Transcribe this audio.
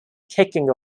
kicking